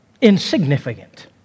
insignificant